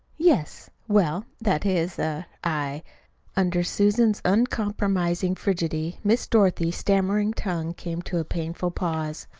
yes. well, that is er i under susan's uncompromising frigidity miss dorothy's stammering tongue came to a painful pause.